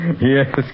Yes